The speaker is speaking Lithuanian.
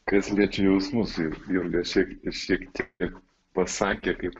kas liečia jausmus tai jurga šiek šiek tiek pasakė kaip